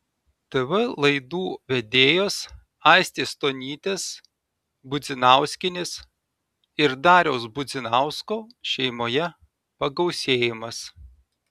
tv laidų vedėjos aistės stonytės budzinauskienės ir dariaus budzinausko šeimoje pagausėjimas